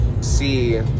see